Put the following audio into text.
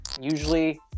Usually